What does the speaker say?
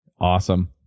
awesome